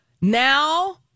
Now